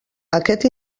aquest